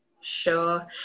Sure